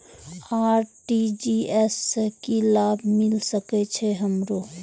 RTGS से की लाभ मिल सके छे हमरो?